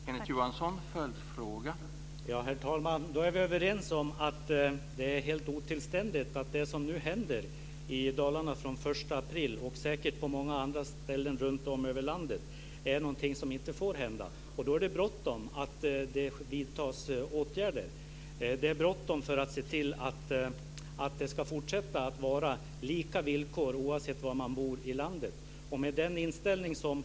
Herr talman! Då är vi överens om att detta är helt otillständigt. Det som nu händer från den 1 april i Dalarna, och säkert på många andra ställen runtom i landet, är någonting som inte får hända. Då är det bråttom med att vidta åtgärder. Det är bråttom med att se till att det fortsätter att vara lika villkor oavsett var man bor i landet.